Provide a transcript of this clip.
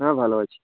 হ্যাঁ ভালো আছি